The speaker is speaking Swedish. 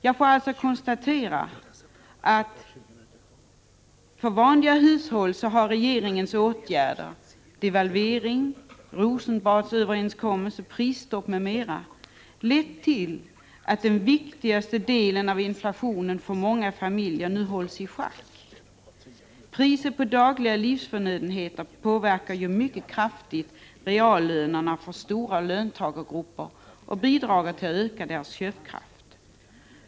Jag får alltså konstatera att för vanliga hushåll har regeringens åtgärder — devalveringen, Rosenbadsöverenskommelsen, prisstoppet m.m. lett till att den viktigaste delen av inflationen för många familjer nu hålls i schack. Priset på dagliga livsförnödenheter påverkar ju mycket kraftigt reallönerna för stora löntagargrupper och bidrar till att öka dessa gruppers köpkraft.